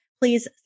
Please